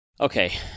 Okay